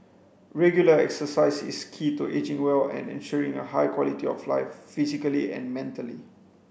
regular exercise is key to ageing well and ensuring a high quality of life physically and mentally